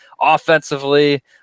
offensively